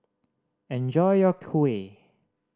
enjoy your kuih